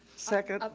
second.